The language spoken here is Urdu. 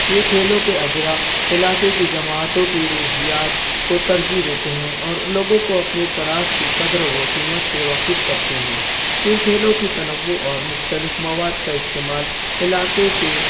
یہ کھیلو کے اجرا علاقے کی جماعتوں کی روحیات کو ترجیح دیتے ہیں اور لوگوں کو اپنی تراس کی قدر و قیمت سے واقف کرتے ہیں ان کھیلو کے تنوع اور مختلف مواد کا استعمال علاقے کے